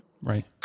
right